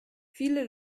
viele